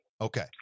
Okay